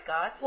God